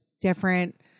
different